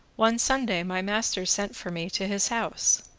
one sunday my master sent for me to his house.